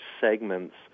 segments